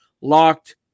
locked